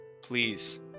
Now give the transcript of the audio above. Please